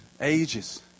ages